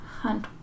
Hunt